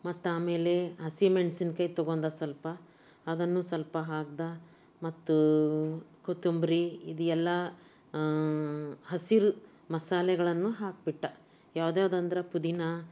ಮತ್ತು ಆಮೇಲೆ ಹಸಿಮೆಣಸಿನ್ಕಾಯಿ ತೊಗೊಂಡು ಸ್ವಲ್ಪ ಅದನ್ನು ಸ್ವಲ್ಪ ಹಾಕ್ದೆ ಮತ್ತು ಕೊತ್ತಂಬ್ರಿ ಇದೆಲ್ಲ ಹಸಿರು ಮಸಾಲೆಗಳನ್ನು ಹಾಕ್ಬಿಟ್ಟು ಯಾವ್ದ್ಯಾವ್ದು ಅಂದ್ರೆ ಪುದೀನ